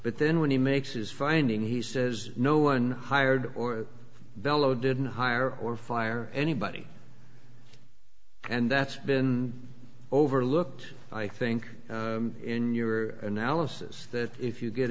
but then when he makes his finding he says no one hired or bellow didn't hire or fire anybody and that's been overlooked i think in your analysis that if you get